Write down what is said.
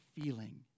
feeling